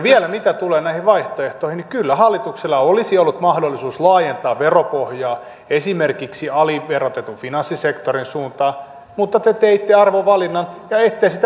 vielä mitä tulee näihin vaihtoehtoihin niin kyllä hallituksella olisi ollut mahdollisuus laajentaa veropohjaa esimerkiksi aliverotetun finanssisektorin suuntaan mutta te teitte arvovalinnan ja ette sitä tehneet